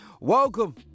welcome